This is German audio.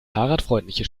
fahrradfreundliche